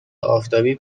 آفتابی